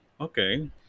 Okay